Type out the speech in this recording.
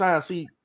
see